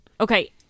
Okay